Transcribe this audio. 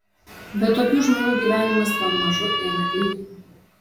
bet tokių žmonių gyvenimas pamažu eina geryn